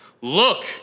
Look